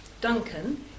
Duncan